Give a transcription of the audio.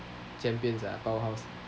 champions ah power house